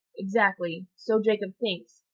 exactly so jacob thinks,